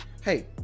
Hey